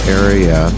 area